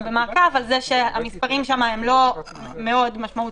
במעקב שהמספרים שם הם לא מאוד משמעותיים.